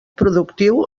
productiu